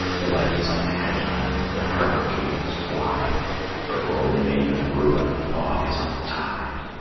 the light is on the headland, the harbor gate is wide but rolling in with ruin the fog is on the tide.